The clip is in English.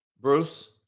Bruce